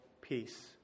peace